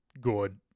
good